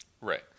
Right